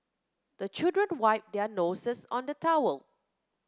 the children wipe their noses on the towel